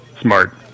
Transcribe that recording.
Smart